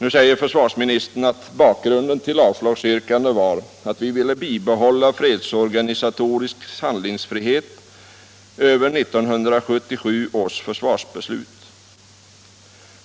Nu säger försvarsministern att ”bakgrunden till avslagsyrkandena var att vi ville behålla en fredsorganisatorisk handlingsfrihet över 1977 års försvarsbeslut”.